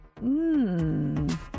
Mmm